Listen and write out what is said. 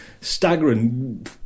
staggering